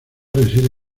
reside